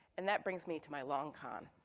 and that brings me to my long con.